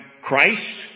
Christ